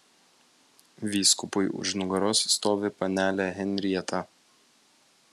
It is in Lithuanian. vyskupui už nugaros stovi panelė henrieta